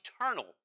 eternal